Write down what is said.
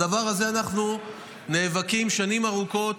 בדבר הזה אנחנו נאבקים שנים ארוכות,